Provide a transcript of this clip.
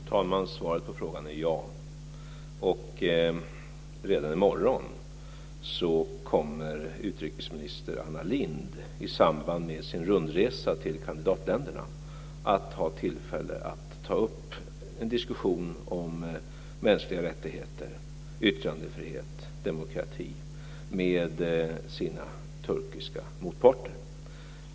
Fru talman! Svaret på frågan är ja. Redan i morgon kommer utrikesminister Anna Lindh i samband med sin rundresa till kandidatländerna att ha tillfälle att ta upp en diskussion om mänskliga rättigheter, yttrandefrihet och demokrati med sina turkiska motparter.